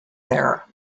there